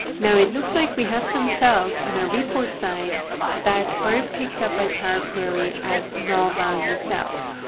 now it looks like we have some cells on our report side that aren't picked up by power query as null value cells.